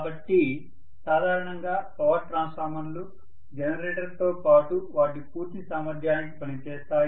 కాబట్టి సాధారణంగా పవర్ ట్రాన్స్ఫార్మర్లు జనరేటర్తో పాటు వాటి పూర్తి సామర్థ్యానికి పనిచేస్తాయి